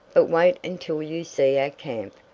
but wait until you see our camp.